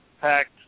packed